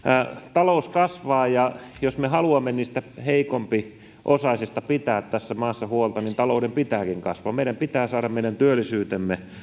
talous kasvaa ja jos me haluamme heikompiosaisista pitää tässä maassa huolta talouden pitääkin kasvaa meidän pitää saada meidän työllisyytemme